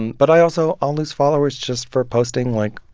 but i also i'll lose followers just for posting, like,